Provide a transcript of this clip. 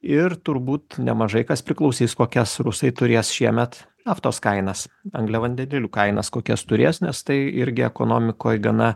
ir turbūt nemažai kas priklausys kokias rusai turės šiemet naftos kainas angliavandenilių kainos kokias turės nes tai irgi ekonomikoj gana